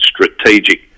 strategic